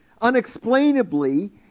unexplainably